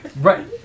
Right